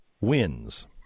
wins